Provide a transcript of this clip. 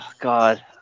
god